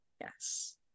Yes